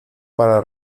para